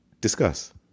Discuss